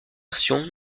versions